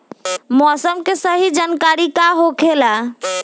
मौसम के सही जानकारी का होखेला?